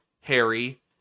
Harry